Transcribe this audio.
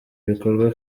bikorwa